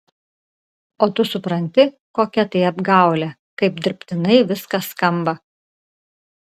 o tu supranti kokia tai apgaulė kaip dirbtinai viskas skamba